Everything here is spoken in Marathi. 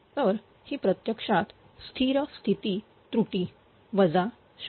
तर ही प्रत्यक्षात स्थिर स्थिती त्रुटी वजा 0